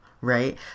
right